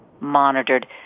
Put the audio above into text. monitored